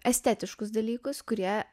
estetiškus dalykus kurie